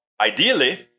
ideally